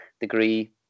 degree